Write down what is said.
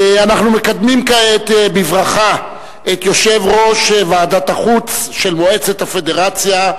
אנחנו מקדמים כעת בברכה את יושב-ראש ועדת החוץ של מועצת הפדרציה,